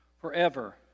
forever